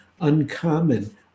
uncommon